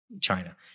China